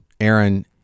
aaron